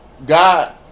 God